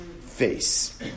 face